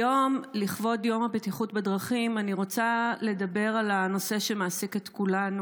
היום לכבוד יום הבטיחות בדרכים אני רוצה לדבר על הנושא שמעסיק את כולנו,